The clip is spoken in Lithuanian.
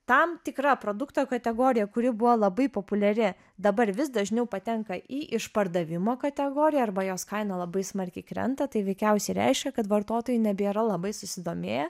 tam tikra produkto kategorija kuri buvo labai populiari dabar vis dažniau patenka į išpardavimo kategoriją arba jos kaina labai smarkiai krenta tai veikiausiai reiškia kad vartotojai nebėra labai susidomėję